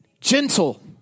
gentle